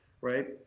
Right